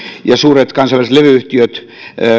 ja suuret kansainväliset levy yhtiöt